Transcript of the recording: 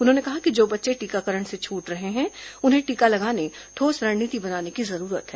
उन्होंने कहा कि जो बच्चे टीकाकरण से छूट रहे हैं उन्हें कार्यशाला को टीका लगाने ठोस रणनीति बनाने की जरूरत है